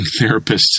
therapists